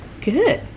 Good